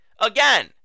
again